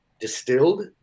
distilled